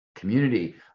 community